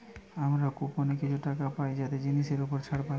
আমরা কুপনে কিছু টাকা পাই যাতে জিনিসের উপর ছাড় পাই